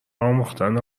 آموختن